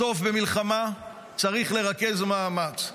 בסוף, במלחמה צריך לרכז מאמץ.